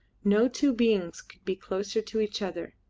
no two beings could be closer to each other,